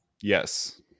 Yes